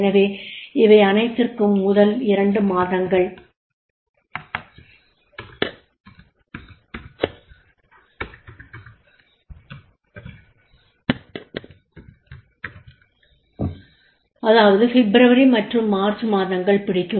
எனவே இவையனைத்திற்கும் முதல் 2 மாதங்கள் அதாவது பிப்ரவரி மற்றும் மார்ச் மாதங்கள் பிடிக்கும்